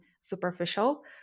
superficial